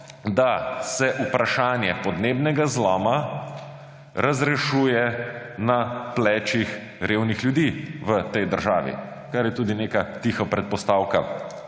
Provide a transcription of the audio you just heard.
da se vprašanje podnebnega zloma razrešuje na plečnih revnih ljudi v tej državi, kar je tudi neka tiha predpostavka,